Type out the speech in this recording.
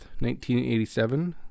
1987